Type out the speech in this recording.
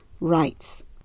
rights